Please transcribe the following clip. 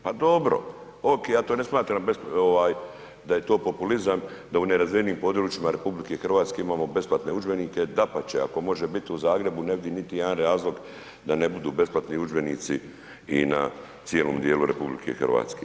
Pa dobro, ja to ne smatram da je to populizam da u nerazvijenijim područjima RH imamo besplatne udžbenike, dapače, ako može biti u Zagrebu ne vidim niti jedan razlog da ne budu besplatni udžbenici i na cijelom dijelu RH.